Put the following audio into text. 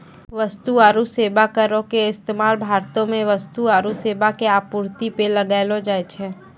वस्तु आरु सेबा करो के इस्तेमाल भारतो मे वस्तु आरु सेबा के आपूर्ति पे लगैलो जाय छै